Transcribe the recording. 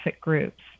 groups